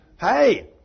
Hey